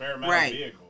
right